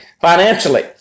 financially